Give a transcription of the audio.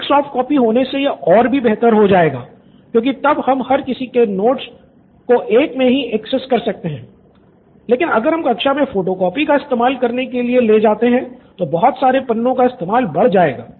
एक soft copy होने से यह और भी बेहतर हो जाएगा क्योंकि तब हम हर किसी के नोट्स को एक में ही एक्सेस कर सकते हैं लेकिन अगर हम कक्षा में फोटो कॉपी का इस्तेमाल करने के लिए ले जाते हैं तो बहुत सारे पन्नो का इस्तेमाल बढ़ जाएगा